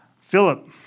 Philip